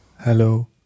hello